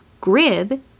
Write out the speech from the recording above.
Grib